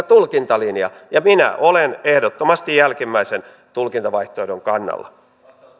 tulkintalinja ja minä olen ehdottomasti jälkimmäisen tulkintavaihtoehdon kannalla